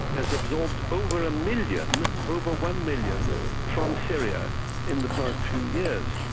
has absorbed over a million, over one million from syria in the past few years.